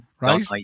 right